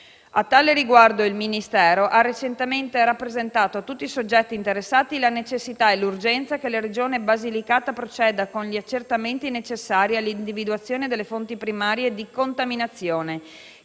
A tale riguardo, il Ministro ha recentemente rappresentato a tutti i soggetti interessati la necessità e l'urgenza che la Regione Basilicata proceda con gli accertamenti necessari all'individuazione delle fonti primarie di contaminazione,